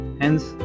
hence